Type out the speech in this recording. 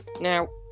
Now